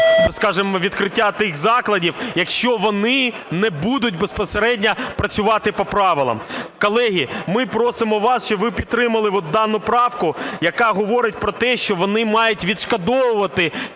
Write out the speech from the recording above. скажемо, відкриття тих закладів, якщо вони не будуть безпосередньо працювати по правилам. Колеги, ми просимо вас, щоб ви підтримали дану правку, яка говорить про те, що вони мають відшкодовувати